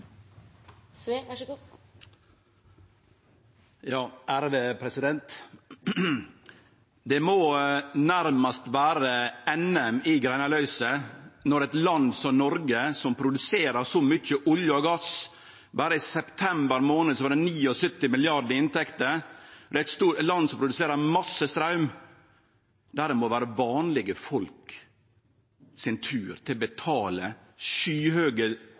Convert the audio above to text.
Det må nærmast vere NM i «greinaløyse» når det i eit land som Noreg, som produserer så mykje olje og gass – berre i september månad var det 79 mrd. kr i inntekter – og som er eit land som produserer masse straum, er vanlege folk sin tur til å måtte betale skyhøge drivstoffprisar og skyhøge straumprisar. Det er òg vanlege folk sin tur til å